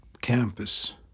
campus